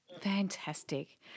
Fantastic